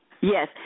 Yes